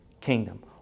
kingdom